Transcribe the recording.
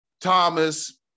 Thomas